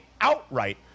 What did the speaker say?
outright